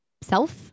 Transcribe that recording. self